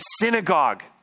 synagogue